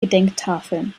gedenktafeln